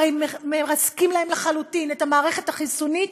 הרי מרסקים להם לחלוטין את המערכת החיסונית